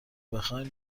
بخواین